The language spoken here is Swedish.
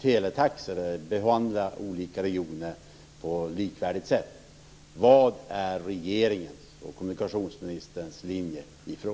teletaxor och att olika regioner behandlas på ett likvärdigt sätt.